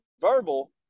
verbal